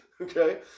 okay